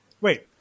Wait